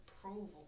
approval